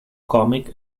comic